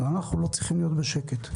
ואנחנו לא צריכים להיות בשקט.